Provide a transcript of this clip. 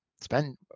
spend